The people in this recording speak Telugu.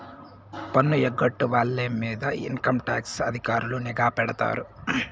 పన్ను ఎగ్గొట్టే వాళ్ళ మీద ఇన్కంటాక్స్ అధికారులు నిఘా పెడతారు